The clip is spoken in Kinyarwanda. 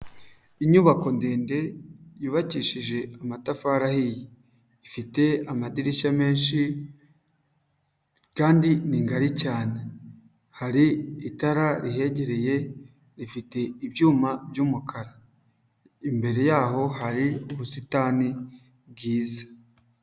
Inyubako ndende yubakishije amatafari ahiye, ifite amadirishya menshi kandi ni ngari cyane, hari itara rihegereye rifite ibyuma by'umukara, imbere yaho hari ubusitani bwiza.